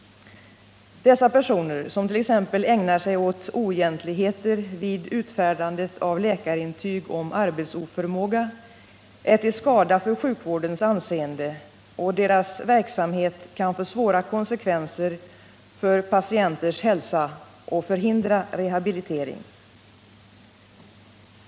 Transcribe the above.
Dessa personer, som 1. ex. ägnar sig åt oegentligheter vid utfärdandet av läkarintyg om arbetsoförmåga, är till skada för sjukvårdens anseende, och deras verksamhet kan få svåra konsekvenser för patienters hälsa och förhindra rehabilitering.